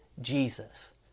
Jesus